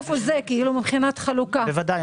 ודאי.